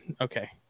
Okay